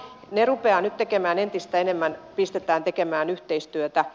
ne pistetään nyt tekemään entistä enemmän yhteistyötä